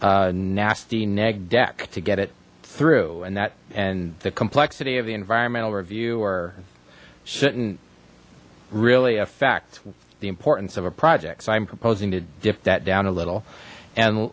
a nasty neg deck to get it through and that and the complexity of the environmental review or shouldn't really affect the importance of a project so i'm proposing to dip that down a little and